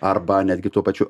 arba netgi tuo pačiu